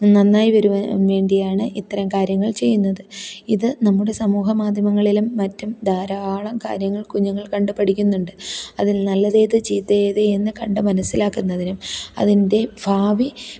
നന്നായി വരുവാന് വേണ്ടിയാണ് ഇത്തരം കാര്യങ്ങള് ചെയ്യുന്നത് ഇത് നമ്മുടെ സമൂഹ മാധ്യമങ്ങളിലും മറ്റും ധാരാളം കാര്യങ്ങള് കുഞ്ഞുങ്ങള് കണ്ട് പഠിക്കുന്നുണ്ട് അതില് നല്ലതേത് ചീത്തയേത് എന്ന് കണ്ട് മനസ്സിലാക്കുന്നതിനും അതിന്റെ ഭാവി